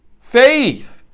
Faith